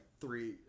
three